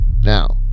Now